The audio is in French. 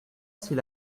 s’il